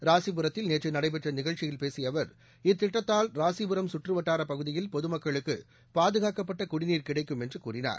ராசிபரத்தில் நேற்று நடைபெற்ற நிகழ்ச்சியில் பேசிய அவர் இத்திட்டத்தால் ராசிபுரம் கற்று வட்டார பகுதியில் பொதுமக்களுக்கு பாதுகாக்கப்பட்ட குடிநீர் கிடைக்கும் என்று கூறினார்